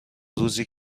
روزی